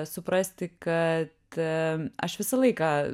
suprasti kad aš visą laiką